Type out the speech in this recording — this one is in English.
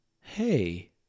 Hey